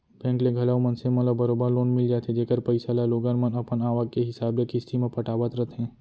bank ले घलौ मनसे मन ल बरोबर लोन मिल जाथे जेकर पइसा ल लोगन मन अपन आवक के हिसाब ले किस्ती म पटावत रथें